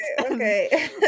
Okay